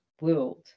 world